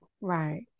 Right